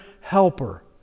Helper